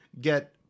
get